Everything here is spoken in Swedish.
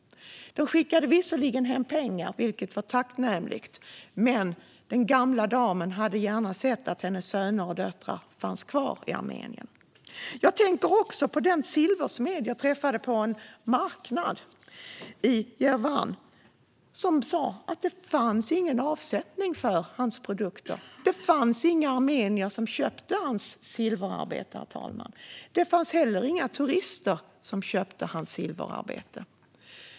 De skickade visserligen hem pengar, vilket var tacknämligt, men den gamla damen hade gärna sett att hennes söner och döttrar fanns kvar i Armenien. Jag tänker likaså på den silversmed jag träffade på en marknad i Jerevan. Han sa att det fanns ingen avsättning för hans produkter. Det fanns inga armenier som köpte hans silverarbeten, herr talman. Det fanns heller inga turister som köpte hans silverarbeten.